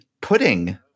pudding